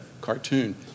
cartoon